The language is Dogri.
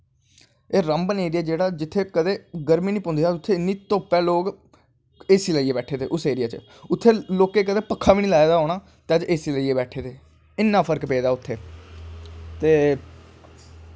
रामबन ऐरियै जित्थें कदैं गर्मी नी पौंदी ही इन्नी धुप्प ऐ लोग ए सी लाईयै बैठे दे उस एरियै च उत्थें लोकैं कदें पक्खां बी नी लाए दा होनां ते अज्ज ए सी लाईयै बैठे दे इन्नां फर्क पेदा उत्थें ते